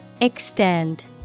Extend